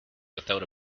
without